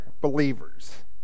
believers